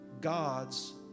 God's